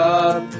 up